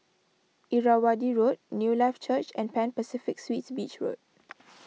Irrawaddy Road Newlife Church and Pan Pacific Suites Beach Road